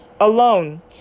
alone